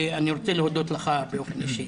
ואני רוצה להודות לך באופן אישי.